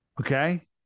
Okay